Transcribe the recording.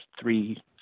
three